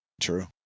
true